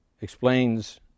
explains